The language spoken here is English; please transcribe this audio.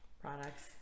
products